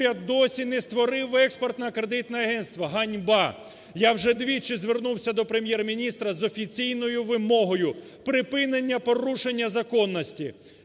досі не створив Експортно-кредитне агентство. Ганьба! Я вже двічі звернувся до Прем'єр-міністра з офіційною вимогою припинення порушення законності.